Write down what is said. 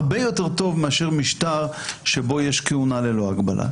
הרבה יותר טוב מאשר משטר שבו יש כהונה ללא הגבלה.